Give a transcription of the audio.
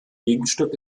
gegenstück